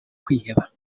kwiheba